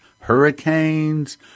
hurricanes